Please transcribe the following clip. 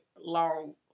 long